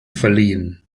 verliehen